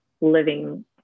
living